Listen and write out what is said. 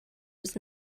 was